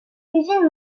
origine